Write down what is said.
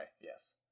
yes